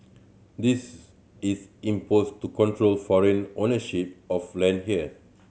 this is imposed to control foreign ownership of land here